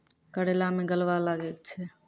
करेला मैं गलवा लागे छ?